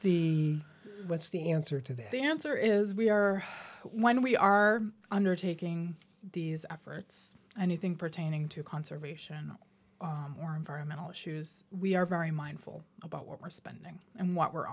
the what's the answer to that the answer is we are when we are undertaking these efforts anything pertaining to conservation or environmental issues we are very mindful about what we're spending and what we're